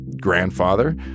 grandfather